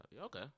Okay